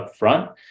upfront